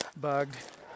Bugged